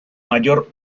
mayor